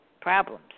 problems